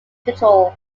control